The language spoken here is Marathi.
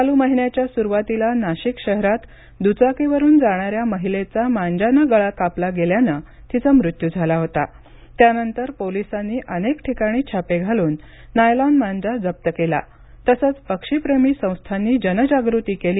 चालू महिन्याच्या सुरुवातीला नाशिक शहरात दुचाकीवरून जाणाऱ्या महिलेचा मांजाने गळा कापला गेल्याने तिचा मृत्यू झाला होता त्यानंतर पोलीसांनी अनेक ठिकाणी छापे घालून नायलॉन मांजा जप्त केला तसेच पक्षीप्रेमी संस्थांनी जनजागृती केली